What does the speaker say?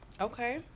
Okay